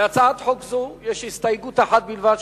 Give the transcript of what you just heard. להצעת חוק זו יש הסתייגות אחת בלבד,